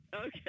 Okay